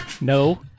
No